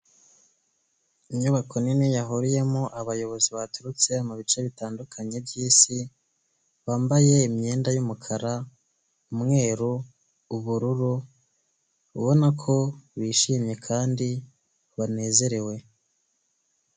Inyubako nini yahuriyemo abayobozi baturutse mu bice bitandukanye by'isi. Bambaye imyenda y'umukara, umweru, ubururu. Ubona ko bishimye kandi banezerewe.